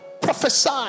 Prophesy